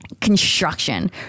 construction